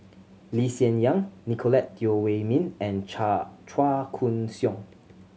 Lee Hsien Yang Nicolette Teo Wei Min and Chua Chua Koon Siong